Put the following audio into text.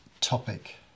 topic